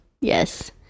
Yes